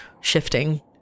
shifting